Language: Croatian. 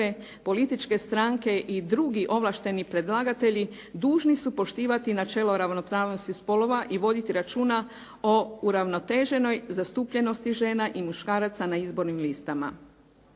političke stranke i drugi ovlašteni predlagatelji dužni su poštivati načelo ravnopravnosti spolova i voditi računa o uravnoteženoj zastupljenosti žena i muškaraca na izbornim listama.